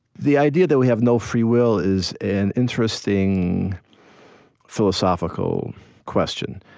the idea that we have no free will is an interesting philosophical question.